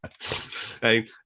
Hey